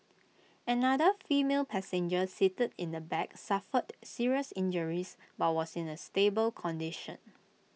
another female passenger seated in the back suffered serious injuries but was in A stable condition